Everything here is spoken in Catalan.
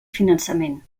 finançament